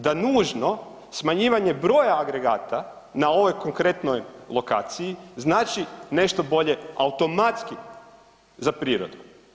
Da nužno smanjivanje broja agregata na ovoj konkretno lokaciji znači nešto bolje, automatski za prirodu.